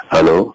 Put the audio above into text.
Hello